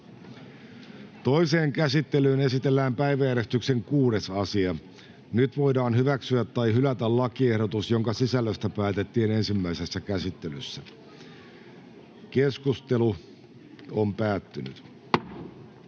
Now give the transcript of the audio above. ainoaan käsittelyyn esitellään päiväjärjestyksen 7. asia. Nyt voidaan toisessa käsittelyssä hyväksyä tai hylätä lakiehdotus, jonka sisällöstä päätettiin ensimmäisessä käsittelyssä. Lopuksi päätetään